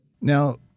Now